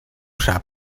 sap